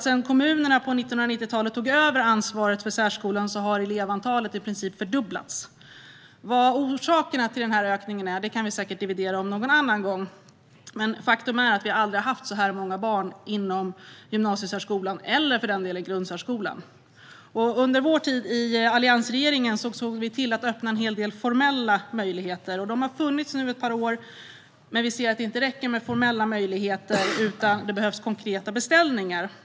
Sedan kommunerna på 1990-talet tog över ansvaret för särskolan har ju elevantalet i princip fördubblats. Vad orsakerna till denna ökning är kan vi säkert dividera om någon annan gång, men faktum är att det aldrig har funnits så här många barn inom gymnasiesärskolan eller grundsärskolan. Under alliansregeringens tid såg vi till att öppna en del formella möjligheter, och de har nu funnits i ett par år. Men vi ser att det inte räcker med formella möjligheter, utan det behövs konkreta beställningar.